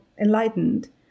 enlightened